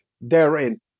therein